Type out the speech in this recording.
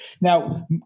Now